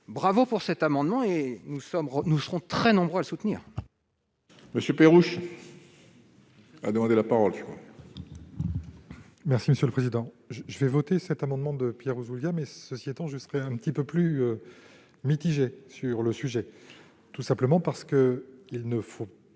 donc, pour cet amendement, que nous serons très nombreux à soutenir.